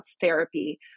therapy